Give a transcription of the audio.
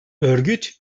örgüt